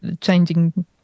changing